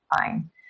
fine